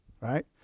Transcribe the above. Right